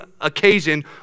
occasion